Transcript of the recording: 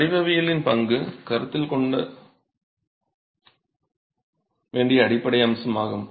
வடிவவியலின் பங்கு கருத்தில் கொள்ள வேண்டிய அடிப்படை அம்சமாகும்